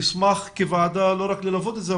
אשמח כוועדה לא רק ללוות את זה,